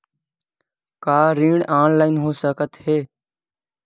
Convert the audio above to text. का ऋण ऑनलाइन हो सकत हे?